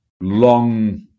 long